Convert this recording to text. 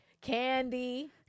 Candy